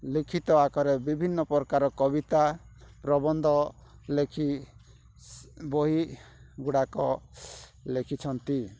ଲିଖିତ ଆକାରେ ବିଭିନ୍ନ ପ୍ରକାରର କବିତା ପ୍ରବନ୍ଧ ଲେଖି ବହିଗୁଡ଼ାକ ଲେଖିଛନ୍ତି